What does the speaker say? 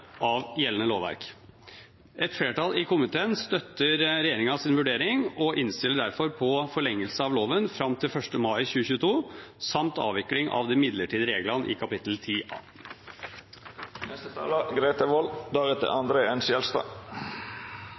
gjeldende lovverk. Et flertall i komiteen støtter regjeringens vurdering og innstiller derfor på forlengelse av loven fram til 1. mai 2022 samt avvikling av de midlertidige reglene i kapittel